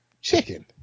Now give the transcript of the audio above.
chicken